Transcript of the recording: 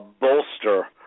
bolster